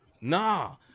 nah